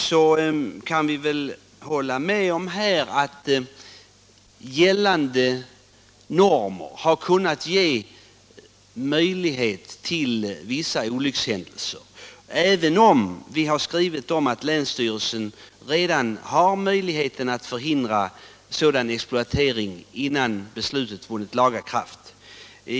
Jag kan väl hålla med om att gällande normer har lämnat utrymme för vissa olyckshändelser. Vi har dock påpekat att länsstyrelsen redan har möjlighet att förhindra exploatering innan beslutet vunnit laga kraft.